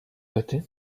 batty